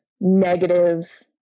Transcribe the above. negative